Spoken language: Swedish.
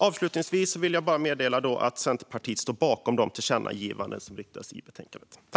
Avslutningsvis vill jag bara meddela att Centerpartiet står bakom de tillkännagivanden som föreslås i betänkandet.